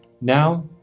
now